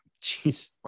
Jeez